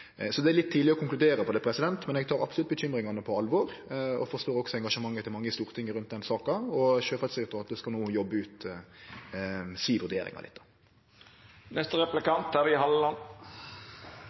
Så det er litt tidleg å konkludere, men eg tek absolutt bekymringane på alvor og forstår også engasjementet til mange i Stortinget rundt den saka. Sjøfartsdirektoratet skal no jobbe ut si vurdering av